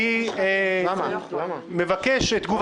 תודה